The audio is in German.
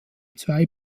zwei